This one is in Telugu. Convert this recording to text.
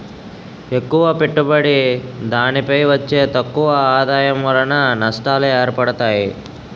ఎక్కువ పెట్టుబడి దానిపై వచ్చే తక్కువ ఆదాయం వలన నష్టాలు ఏర్పడతాయి